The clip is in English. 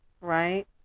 right